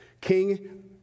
king